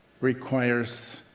requires